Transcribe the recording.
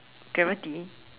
gravity